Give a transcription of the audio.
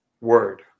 word